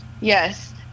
yes